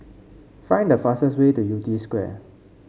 find the fastest way to Yew Tee Square